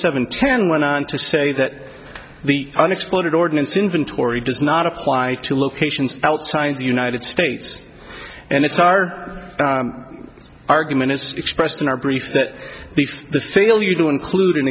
seven ten went on to say that the unexploded ordinance inventory does not apply to locations outside the united states and it's our argument it's expressed in our brief that the failure to include an